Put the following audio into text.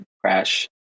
crash